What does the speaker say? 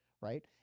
right